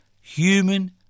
human